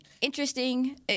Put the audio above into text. interesting